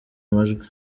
amajwi